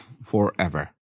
forever